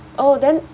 oh then